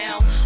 now